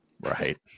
Right